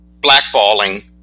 blackballing